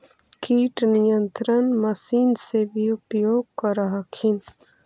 किट नियन्त्रण मशिन से भी उपयोग कर हखिन?